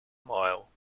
mile